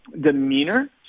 demeanor